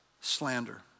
slander